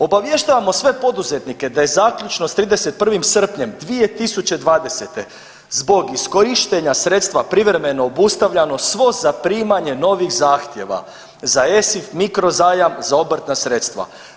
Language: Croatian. Obavještavamo sve poduzetnike da je zaključno s 31. srpnjem 2020. zbog iskorištenja sredstva privremeno obustavljano svo zaprimanje novih zahtjeva za ESIF, mikro zajam za obrtna sredstva.